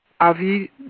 Avi